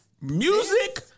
Music